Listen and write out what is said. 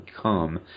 come